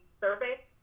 survey